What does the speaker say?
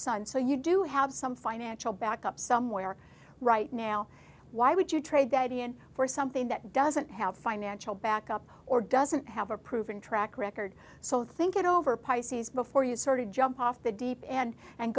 son so you do have some financial backup somewhere right now why would you trade the idea for something that doesn't have financial backup or doesn't have a proven track record so think it over pisces before you sort of jump off the deep and and